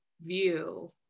view